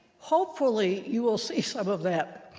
hopefully, you will see some of that.